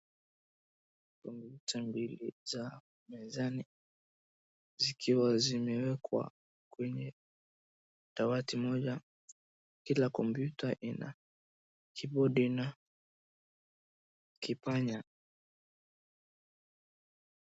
Computer mbili za mezani zikiwa zimewekwa kwenye dawati moja kila computer ina keyboard na kipanya.